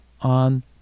on